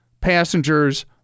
Passengers